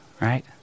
right